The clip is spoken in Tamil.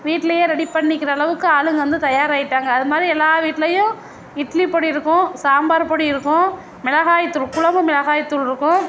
வீட்லேயே ரெடி பண்ணிக்கிற அளவுக்கு ஆளுங்க வந்து தயாராகிட்டாங்க அது மாதிரி எல்லா வீட்லேயும் இட்லி பொடி இருக்கும் சாம்பார் பொடி இருக்கும் மிளகாய் தூள் குழம்பு மிளகாய் தூள்ருக்கும்